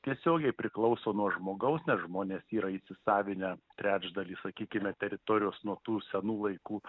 tiesiogiai priklauso nuo žmogaus nes žmonės yra įsisavinę trečdalį sakykime teritorijos nuo tų senų laikų